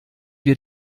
wir